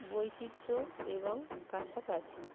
বৈচিত্র্য এবং কাছাকাছি